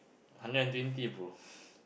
hundred and twenty bro